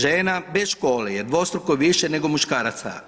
Žena bez škole je dvostruko više nego muškaraca.